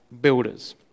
builders